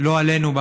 לא עלינו,